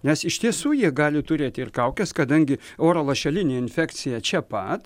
nes iš tiesų jie gali turėti ir kaukes kadangi oro lašelinė infekcija čia pat